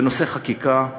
בנושא חקיקה,